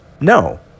No